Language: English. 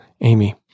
Amy